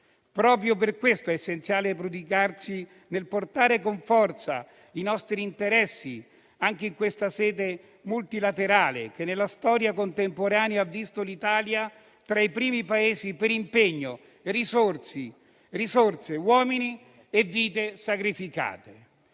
Proprio per questo è essenziale prodigarsi nel portare con forza i nostri interessi anche in questa sede multilaterale, che nella storia contemporanea ha visto l'Italia tra i primi Paesi per impegno, risorse, uomini e vite sacrificate.